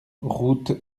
route